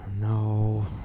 No